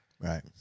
Right